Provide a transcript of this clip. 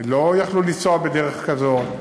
ולא יכלו לנסוע בדרך כזו.